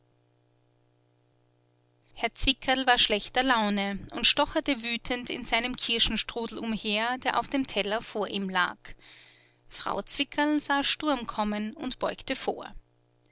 herr zwickerl war schlechter laune und stocherte wütend in seinem kirschenstrudel umher der auf dem teller vor ihm lag frau zwickerl sah sturm kommen und beugte vor